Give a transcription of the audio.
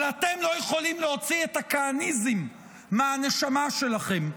אבל אתם לא יכולים להוציא את הכהניזם מהנשמה שלכם.